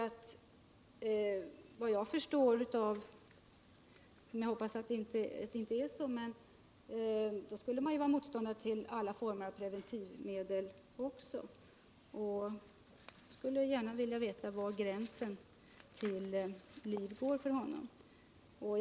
Jag hoppas att jag tar fel, men efter vad jag kan förstå borde han också vara motståndare till alla former av preventivmedel. Jag skulle alltså gärna vilja veta var Allan Åkerlind anser att gränsen till liv går.